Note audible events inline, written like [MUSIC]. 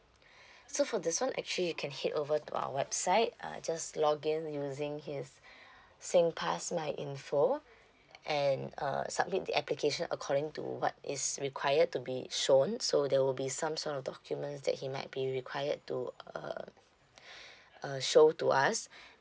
[BREATH] so for this one actually you can head over to our website uh just login using his [BREATH] singpass my info and uh submit the application according to what is required to be shown so there will be some sort of documents that he might be required to uh [BREATH] uh show to us [BREATH]